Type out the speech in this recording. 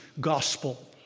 gospel